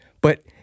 But-